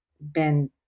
Ben